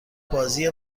بازی